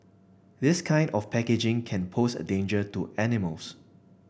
this kind of packaging can pose a danger to animals